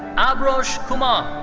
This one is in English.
ah avrosh kumar.